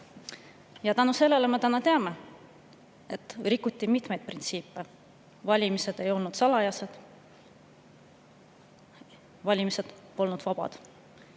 Tänu sellele me täna teame, et rikuti mitmeid printsiipe: valimised ei olnud salajased, valimised polnud vabad.